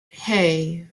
hey